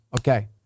Okay